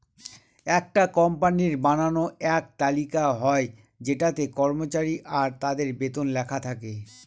একটা কোম্পানির বানানো এক তালিকা হয় যেটাতে কর্মচারী আর তাদের বেতন লেখা থাকে